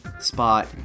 spot